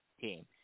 team